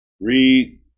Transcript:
Read